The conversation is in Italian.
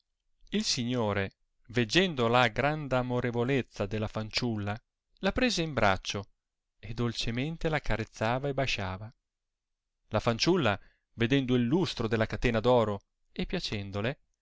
il signore veggendo la grand'amorevolezza della fanciulla la prese in braccio e dolcemente l'accarezzava e basciava la fanciulla vedendo il lustro della catena d oro e piacendole sì